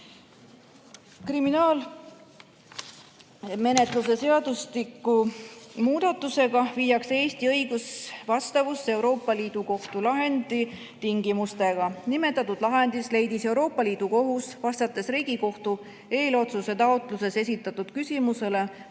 Kriminaalmenetluse seadustiku muudatusega viiakse Eesti õigus vastavusse Euroopa Liidu Kohtu lahendi tingimustega. Nimetatud lahendis leidis Euroopa Liidu Kohus, vastates Riigikohtu eelotsuse taotluses esitatud küsimusele